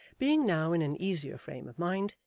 being now in an easier frame of mind,